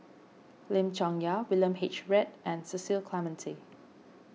Lim Chong Yah William H Read and Cecil Clementi